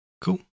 Cool